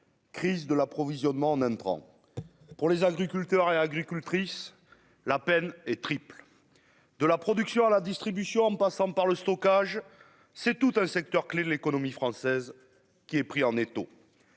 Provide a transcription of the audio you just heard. crise de l'approvisionnement en entrant pour les agriculteurs et agricultrices, la peine est triple : de la production à la distribution en passant par le stockage, c'est tout un secteur clé de l'économie française qui est pris en étau,